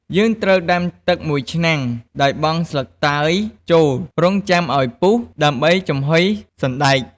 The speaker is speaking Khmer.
យើងត្រូវដាំទឹកមួយឆ្នាំង ដោយបង់ស្លឹកតើយចូល រង់ចាំឱ្យពុះ ដើម្បីចំហុយសណ្ដែក។